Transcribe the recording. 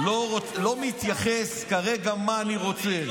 אני לא מתייחס כרגע למה שאני רוצה.